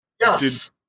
Yes